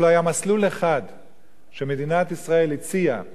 לא היה מסלול אחד שמדינת ישראל הציעה